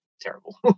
terrible